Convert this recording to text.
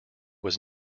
was